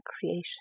creation